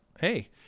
Hey